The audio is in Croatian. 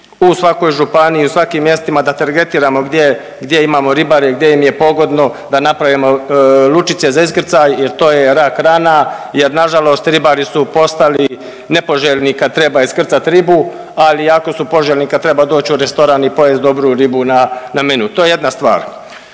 u svakoj županiji, u svakim mjestima da targetiramo gdje, gdje imamo ribare, gdje im je pogodno da napravimo lučice za iskrcaj jer to je rak rana jer nažalost ribari su postali nepoželjni kad treba iskrcat ribu, ali jako su poželjni kad treba doći u restoran i pojest dobru ribu na meniju. To je jedna stvar.